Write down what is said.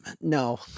no